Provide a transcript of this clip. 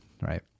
right